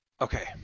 Okay